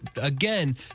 again